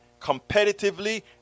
competitively